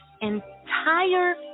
entire